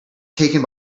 taken